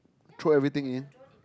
throw everything in